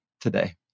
today